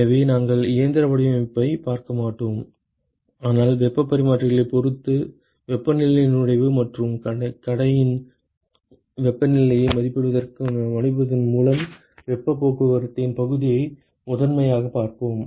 எனவே நாங்கள் இயந்திர வடிவமைப்பைப் பார்க்க மாட்டோம் ஆனால் வெப்பப் பரிமாற்றிகளைப் பொறுத்து வெப்பநிலை நுழைவு மற்றும் கடையின் வெப்பநிலையை மதிப்பிடுவதன் மூலம் வெப்பப் போக்குவரத்தின் பகுதியை முதன்மையாகப் பார்ப்போம்